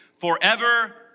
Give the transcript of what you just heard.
forever